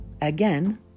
Again